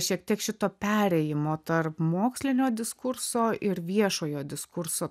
šiek tiek šito perėjimo tarp mokslinio diskurso ir viešojo diskurso